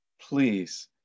please